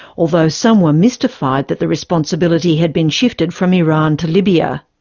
although some were mystified that the responsibility had been shifted from iran to libya.